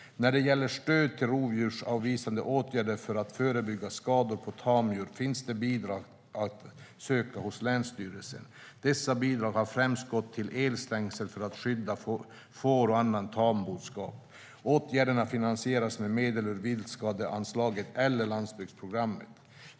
När det gäller stöd till rovdjursavvisande åtgärder för att förebygga skador på tamdjur finns det bidrag att söka hos länsstyrelsen. Dessa bidrag har främst gått till elstängsel för att skydda får och annan tamboskap. Åtgärderna finansieras med medel från viltskadeanslaget eller landsbygdsprogrammet.